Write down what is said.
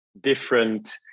different